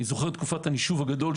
אני זוכר את תקופת הנישוב הגדול,